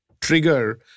trigger